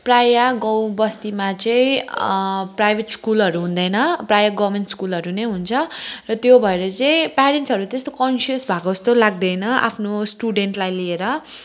प्रायः गाउँ बस्तीमा चाहिँ प्राइभेट स्कुलहरू हुँदैन प्रायः गभर्मेन्ट स्कुलहरू नै हुन्छ र त्यो भएर चाहिँ प्यारेन्ट्सहरू त्यस्तो कन्सियस भएको जस्तो लाग्दैन आफ्नो स्टुडेन्ट्सलाई लिएर